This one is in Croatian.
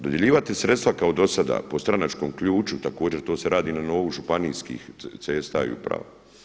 Dodjeljivati sredstva kao do sada po stranačkom ključu, također to se radi na nivou županijskih cesta i uprava.